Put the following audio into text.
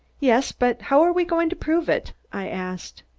yes, but how are we going to prove it? i asked.